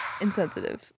Insensitive